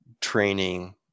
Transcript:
training